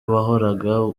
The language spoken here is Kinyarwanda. wahoraga